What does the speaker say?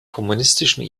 kommunistischen